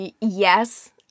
yes